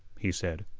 he said,